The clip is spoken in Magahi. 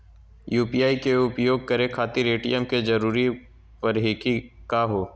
यू.पी.आई के उपयोग करे खातीर ए.टी.एम के जरुरत परेही का हो?